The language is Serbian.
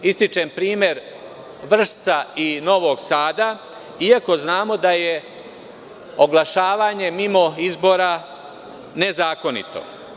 Ističem primer Vršca i Novog Sada iako znamo da je oglašavanje mimo izbora nezakonito.